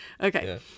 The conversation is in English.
Okay